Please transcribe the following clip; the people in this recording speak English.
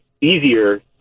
easier